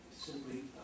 simply